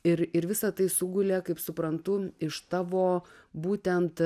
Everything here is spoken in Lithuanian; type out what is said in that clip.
ir ir visa tai sugulė kaip suprantu iš tavo būtent